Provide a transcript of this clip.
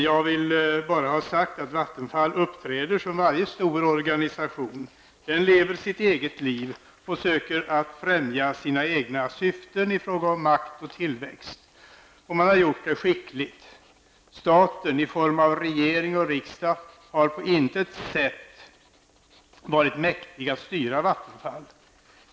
Jag vill bara ha sagt att Vattenfall uppträder som varje stor organisation. Den lever sitt eget liv och söker främja sina egna syften i fråga om makt och tillväxt. Och man har gjort det skickligt. Staten i form av regering och riksdag har på intet sätt varit mäktig att styra Vattenfall.